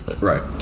Right